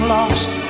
lost